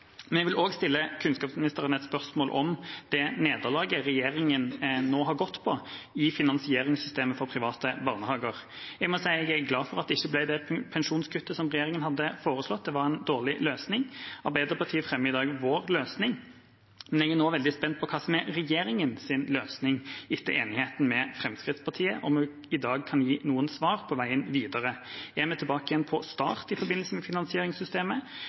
Jeg vil også stille kunnskapsministeren et spørsmål om det nederlaget regjeringa nå har gått på i finansieringssystemet for private barnehager. Jeg må si jeg er glad for at det ikke ble det pensjonskuttet som regjeringa hadde foreslått. Det var en dårlig løsning. Arbeiderpartiet fremmer i dag vår løsning, men jeg er nå veldig spent på hva som er regjeringas løsning etter enigheten med Fremskrittspartiet. Kan hun i dag gi noen svar på veien videre? Er vi tilbake på start i forbindelse med finansieringssystemet?